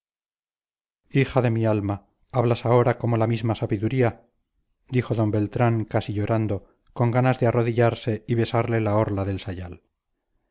hija de mi alma hablas ahora como la misma sabiduría dijo d beltrán casi llorando con ganas de arrodillarse y besarle la orla del sayal